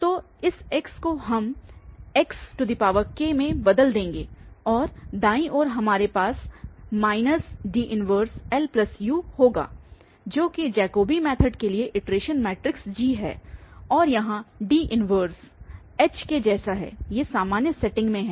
तो इस x को हम xk से बदल देंगे फिर दाईं ओर हमारे पास है D 1LU होगा जो कि जैकोबी मैथड के लिए इटरेशन मैट्रिक्स G है और यहाँ D 1 H के जैसा है ये सामान्य सेटिंग में हैं